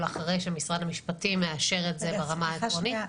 אחרי שמשרד המשפטים מאשר את זה ברמה העקרונית,